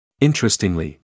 Interestingly